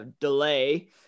delay